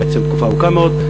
בעצם תקופה ארוכה מאוד.